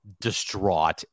distraught